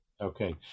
Okay